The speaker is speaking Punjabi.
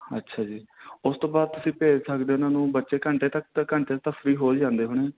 ਅੱਛਾ ਜੀ ਉਸ ਤੋਂ ਬਾਅਦ ਤੁਸੀਂ ਭੇਜ ਸਕਦੇ ਹੋ ਉਹਨਾਂ ਨੂੰ ਬੱਚੇ ਘੰਟੇ ਤੱਕ ਤਾਂ ਘੰਟੇ ਤਾਂ ਫਰੀ ਹੋ ਹੀ ਜਾਂਦੇ ਹੋਣੇ